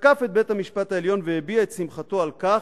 תקף את בית-המשפט העליון והביע את שמחתו על כך,